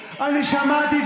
שמעתי.